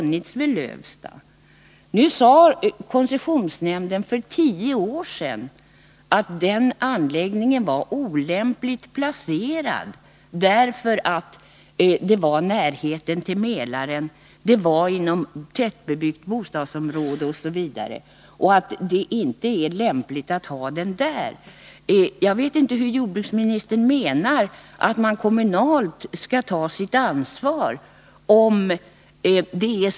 Men för tio år sedan uttalade koncessionsnämnden att den anläggningen var olämpligt placerad, bl.a. på grund av närheten till Mälaren och på grund av att den låg inom tättbebyggt bostadsområde. Jag vet inte hur jordbruksministern menar att man kommunalt skall ta sitt ansvar.